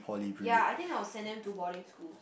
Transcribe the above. ya I think I will send them to boarding schools